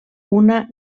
una